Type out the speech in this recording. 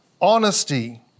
honesty